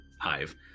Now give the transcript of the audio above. Hive